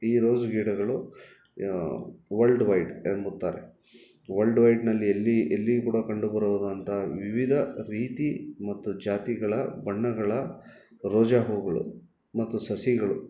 ಈ ರೋಸ್ ಗಿಡಗಳು ವರ್ಲ್ಡ್ವೈಡ್ ಎಂಬುತ್ತಾರೆ ವರ್ಲ್ಡ್ವೈಡ್ನಲ್ಲಿ ಎಲ್ಲಿ ಎಲ್ಲಿಯೂ ಕೂಡ ಕಂಡು ಬರುವುದು ಅಂತ ವಿವಿಧ ರೀತಿ ಮತ್ತು ಜಾತಿಗಳ ಬಣ್ಣಗಳ ರೋಜಾ ಹೂಗಳು ಮತ್ತು ಸಸಿಗಳು